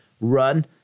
run